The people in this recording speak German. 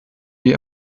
die